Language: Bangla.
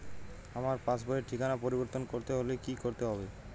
আমার পাসবই র ঠিকানা পরিবর্তন করতে হলে কী করতে হবে?